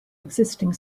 existing